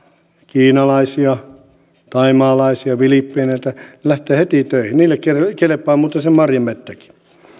kiinalaisia thaimaalaisia filippiineiltä he lähtevät heti töihin heille kelpaa muuten se marjametsäkin